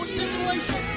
situation